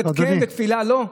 דמוקרטיה כן ותפילה לא?